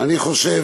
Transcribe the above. אני חושב